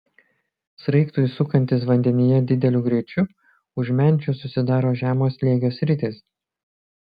sraigtui sukantis vandenyje dideliu greičiu už menčių susidaro žemo slėgio sritys